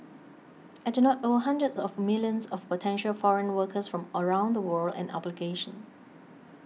I do not owe hundreds of millions of potential foreign workers from around the world an obligation